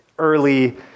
early